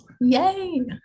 Yay